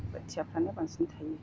बोथियाफ्रानो बांसिन थायो